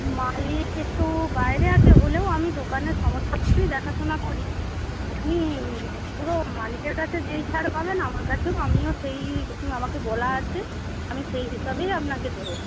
মালিক একটু বাইরে আছে হলেও আমি দোকানের সমস্ত কিছুই দেখাশোনা করি আপনি পুরো মালিকের কাছে যেই ছাড় পাবেন আমার কাছেও আমিও সেই রকমই আমাকে বলা আছে আমি সেই হিসাবেই আপনাকে দেব